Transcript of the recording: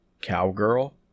Cowgirl